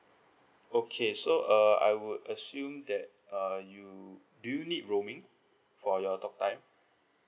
okay so err I would assume that uh you do you need roaming for your talk time